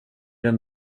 den